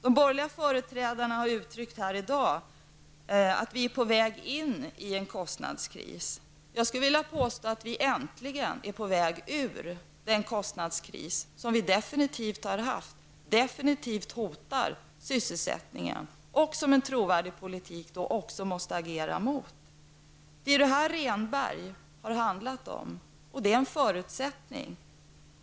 De borgerliga företrädarna har i dag sagt att vi nu är på väg in i en kostnadskris, men jag skulle vilja påstå att vi äntligen är på väg ur den kostnadskris som vi absolut har haft och som absolut hotar sysselsättningen. En trovärdig politik måste agera mot detta. Det är det här som Rehnberggruppen har arbetat med. Det har varit en förutsättning.